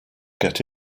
get